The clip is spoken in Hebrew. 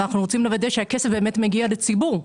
אנחנו רוצים לוודא שהכסף באמת מגיע לציבור.